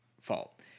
fault